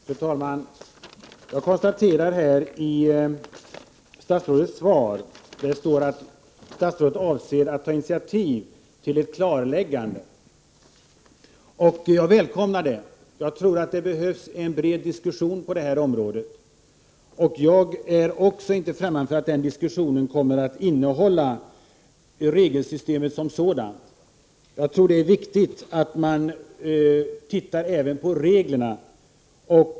Fru talman! Jag konstaterar att det i statsrådets svar står att statsrådet avser att ta initiativ till ett klarläggande, och jag välkomnar detta. Jag tror att det behövs en bred diskussion på detta område. Jag är inte heller främmande för att den diskussionen kommer att gälla regelsystemet som sådant — det är viktigt att se även på reglerna.